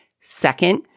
Second